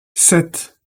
sept